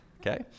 Okay